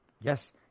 Yes